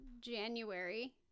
January